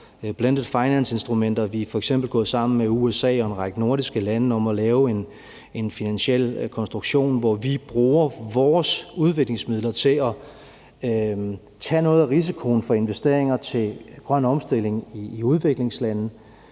blended finance-instrumenter. Vi er f.eks. gået sammen med USA og en række nordiske lande om at lave en finansiel konstruktion, hvor vi bruger vores udviklingsmidler til at tage noget af risikoen for investeringer til grøn omstilling i udviklingslande.